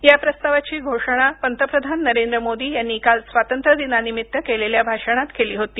या प्रस्तावाची घोषणा पंतप्रधान नरेंद्र मोदी यांनी काल स्वातंत्र्य दिनानिमित्त केलेल्या भाषणात केली होती